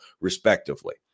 respectively